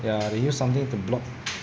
ya they use something to block